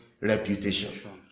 reputation